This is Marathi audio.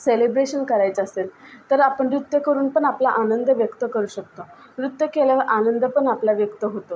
सेलिब्रेशन करायचं असेल तर आपण नृत्य करून पण आपला आनंद व्यक्त करू शकतो नृत्य केल्यावर आनंद पण आपला व्यक्त होतो